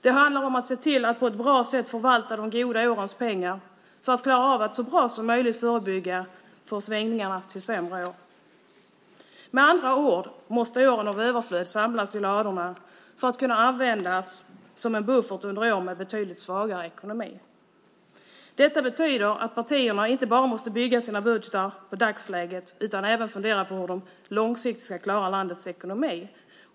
Det handlar om att se till att på ett bra sätt förvalta de goda årens pengar för att klara av att så bra som möjligt förebygga för svängningar till sämre år. Med andra ord måste åren av överflöd samlas i ladorna för att kunna användas som en buffert under år med betydligt svagare ekonomi. Detta betyder att partierna inte bara måste bygga sina budgetar på dagsläget utan de måste även fundera på hur de långsiktigt ska klara landets ekonomi.